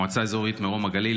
מועצה אזורית מרום הגליל,